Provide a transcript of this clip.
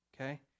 okay